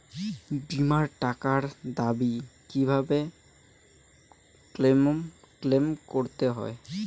বিমার টাকার দাবি কিভাবে ক্লেইম করতে হয়?